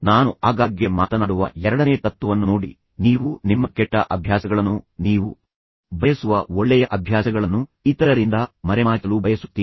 ನಾನು ಆಗಾಗ್ಗೆ ಮಾತನಾಡುವ ಎರಡನೇ ತತ್ವವನ್ನು ನೋಡಿ ನೀವು ನಿಮ್ಮ ಕೆಟ್ಟ ಅಭ್ಯಾಸಗಳನ್ನು ನೀವು ಬಯಸುವ ಒಳ್ಳೆಯ ಅಭ್ಯಾಸಗಳನ್ನು ಇತರರಿಂದ ಮರೆಮಾಚಲು ಬಯಸುತ್ತೀರಿ